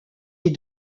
est